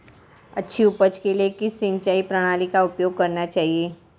अच्छी उपज के लिए किस सिंचाई प्रणाली का उपयोग करना चाहिए?